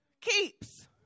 keeps